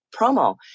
promo